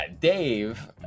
Dave